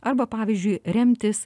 arba pavyzdžiui remtis